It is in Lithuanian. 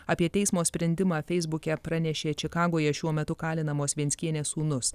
apie teismo sprendimą feisbuke pranešė čikagoje šiuo metu kalinamos venckienės sūnus